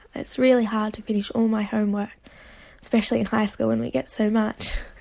it's really hard to finish all my homework especially in high school when we get so much.